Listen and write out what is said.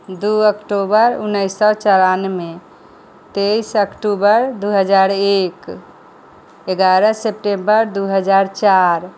दू अक्टूबर उनैस सौ चौरनाबे तेइस अक्टूबर दू हजार एक एगारह सेप्टेम्बर दू हजार चारि